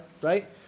right